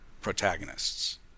protagonists